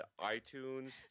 iTunes